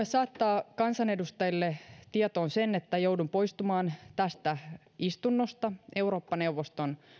saattaa kansanedustajille tietoon sen että joudun poistumaan tästä istunnosta eurooppa neuvoston